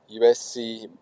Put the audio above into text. USC